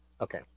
okay